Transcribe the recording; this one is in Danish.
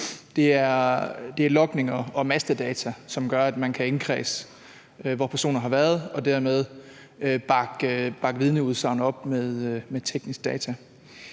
Det er logninger og mastedata, som gør, at man kan indkredse, hvor personer har været, og dermed bakke vidneudsagn op med tekniske data.